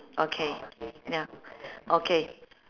okay ya okay